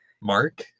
Mark